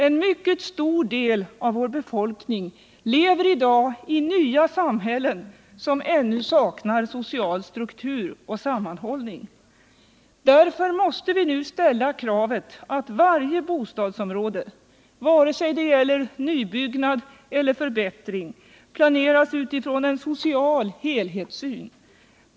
En mycket stor del av vår befolkning lever i dag i ”nya samhällen”, som ännu saknar social struktur och sammanhållning. Därför måste vi nu ställa kravet att varje bostadsområde, antingen det gäller nybyggnad eller förbättring, planeras utifrån en social helhetssyn.